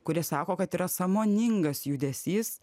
kurie sako kad yra sąmoningas judesys